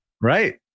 Right